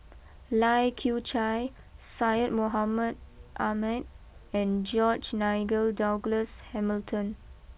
Lai Kew Chai Syed Mohamed Ahmed and George Nigel Douglas Hamilton